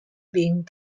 being